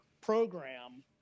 program